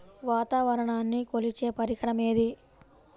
వాతావరణాన్ని కొలిచే పరికరం ఏది?